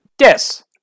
Yes